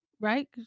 Right